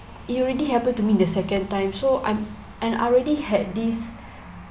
it already happen to me the second time so I'm and I already had this